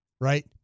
right